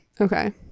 Okay